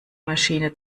maschine